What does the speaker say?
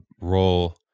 role